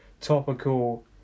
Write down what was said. topical